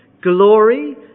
glory